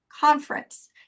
conference